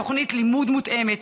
תוכנית לימוד מותאמת,